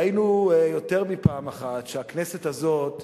ראינו יותר מפעם אחת שהכנסת הזאת,